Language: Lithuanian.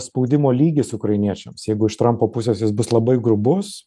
spaudimo lygis ukrainiečiams jeigu iš trampo pusės jis bus labai grubus